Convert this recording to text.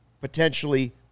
potentially